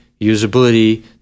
usability